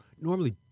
normally